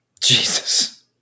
Jesus